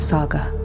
Saga